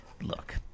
look